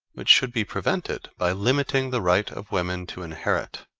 which should be prevented by limiting the right of women to inherit.